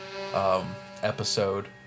episode